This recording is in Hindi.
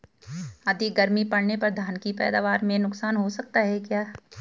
अधिक गर्मी पड़ने पर धान की पैदावार में नुकसान हो सकता है क्या?